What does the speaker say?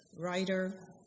writer